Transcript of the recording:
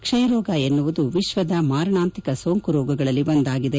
ಕ್ಷಯರೋಗವೆನ್ನುವುದು ವಿಶ್ವದ ಮಾರಣಾಂತಿಕ ಸೋಂಕುರೋಗಗಳಲ್ಲಿ ಒಂದಾಗಿದೆ